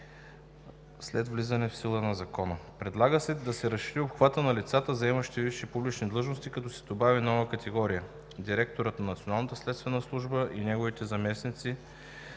след влизането в сила на Закона. Предлага се да се разшири обхватът на лицата, заемащи висши публични длъжности, като се добави нова категория – директорът на Националната следствена служба и неговите заместници.